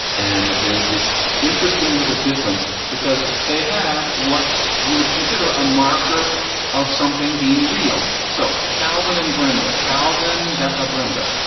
and there's this interesting little difference because they have what you would consider a marker of something being real. so calvin and brenda, calvin dacca, brenda,